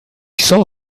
saw